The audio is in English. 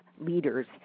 leaders